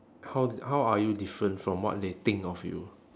how how are you different from what they think of you